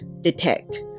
detect